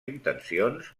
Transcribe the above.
intencions